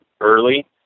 early